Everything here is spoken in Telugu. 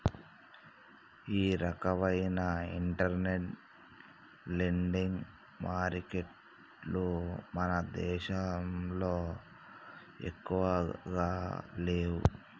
ఈ రకవైన ఇంటర్నెట్ లెండింగ్ మారికెట్టులు మన దేశంలో ఎక్కువగా లేవు